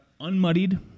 unmuddied